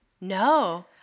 No